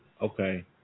Okay